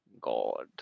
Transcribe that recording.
god